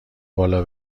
بالا